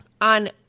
on